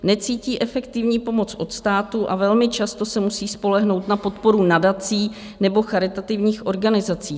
Necítí efektivní pomoc od státu a velmi často se musí spolehnout na podporu nadací nebo charitativních organizací.